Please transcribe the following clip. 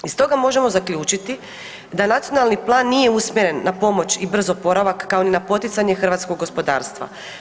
I stoga možemo zaključiti da Nacionalni plan nije usmjeren na pomoć i brz oporavak, kao ni na poticanje hrvatskog gospodarstva.